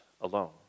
alone